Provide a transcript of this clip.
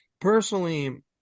personally